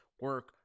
Work